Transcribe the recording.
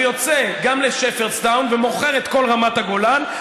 הוא יוצא גם לשפרדסטאון ומוכר את כל רמת הגולן.